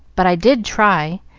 but i did try,